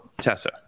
Tessa